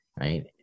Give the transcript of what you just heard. right